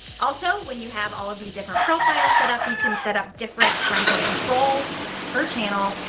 also, when you have all of these different profiles set up, you can set up different parental controls per channel,